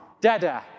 dada